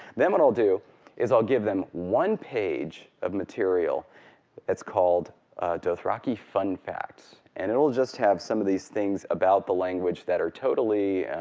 then what i'll do is i'll give them one page of material that's called dothraki fun facts, and it'll just have some of these things about the language that are totally